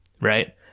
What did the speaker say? right